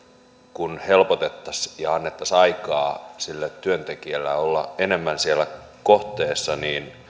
kun helpotettaisiin ja annettaisiin aikaa sille työntekijälle olla enemmän siellä kohteessa jos